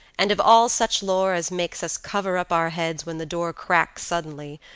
and of all such lore as makes us cover up our heads when the door cracks suddenly,